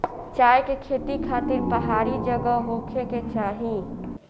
चाय के खेती खातिर पहाड़ी जगह होखे के चाही